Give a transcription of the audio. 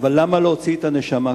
אבל למה להוציא את הנשמה קודם?